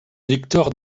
victor